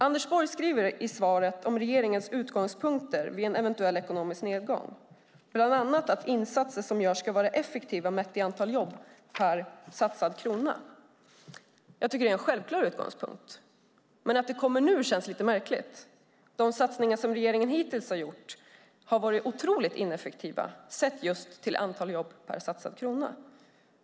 Anders Borg skriver i svaret om regeringens utgångspunkter vid en eventuell ekonomisk nedgång, bland annat att insatser som görs ska vara effektiva mätt i antal jobb per satsad krona. Det är en självklar utgångspunkt. Men att det kommer nu känns lite märkligt. De satsningar som regeringen hittills har gjort har varit otroligt ineffektiva sett just till antal jobb per satsad krona.